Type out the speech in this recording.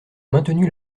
maintenu